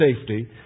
safety